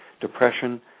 depression